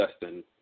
Justin